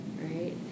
right